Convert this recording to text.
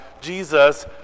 Jesus